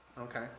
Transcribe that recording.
Okay